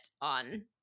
on